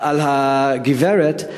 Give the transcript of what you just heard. על הגברת,